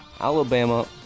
Alabama